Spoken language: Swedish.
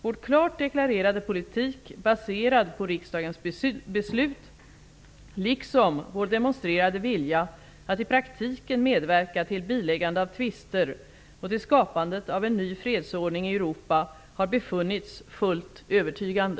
Vår klart deklarerade politik, baserad på riksdagens beslut, liksom vår demonstrerade vilja att i praktiken medverka till biläggande av tvister och till skapandet av en ny fredsordning i Europa har befunnits fullt övertygande.